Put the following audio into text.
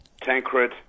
Tancred